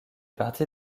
partie